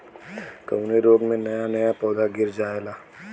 कवने रोग में नया नया पौधा गिर जयेला?